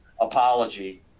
apology